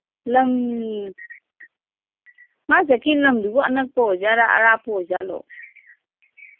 ꯂꯝ ꯃꯥ ꯆꯠꯈꯤ ꯂꯝꯗꯨꯕꯨ ꯑꯅꯛꯄ ꯑꯣꯏꯖꯥꯠꯂꯥ ꯑꯔꯥꯞꯄ ꯑꯣꯏꯖꯥꯠꯂꯣ